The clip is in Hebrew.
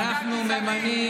אתם מפלגה